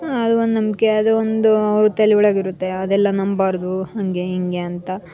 ಅದೊಂದು ನಂಬಿಕೆ ಅದೊಂದು ಅವ್ರ ತಲೆ ಒಳಗಿರುತ್ತೆ ಅದೆಲ್ಲ ನಂಬಬಾರ್ದು ಹಾಗೆ ಹೀಗೆ ಅಂತ